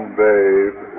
babe